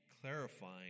clarifying